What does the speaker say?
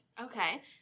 Okay